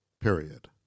period